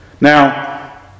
now